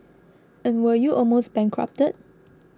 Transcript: and were you almost bankrupted